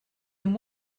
amb